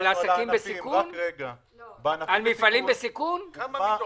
הבנו את הבקשה של השליש וגם את עניין התקופות.